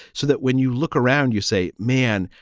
so that when you look around, you say, man,